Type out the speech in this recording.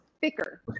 thicker